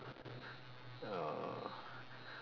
uh